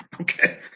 okay